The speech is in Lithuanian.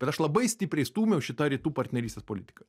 ir aš labai stipriai stūmiau šitą rytų partnerystės politiką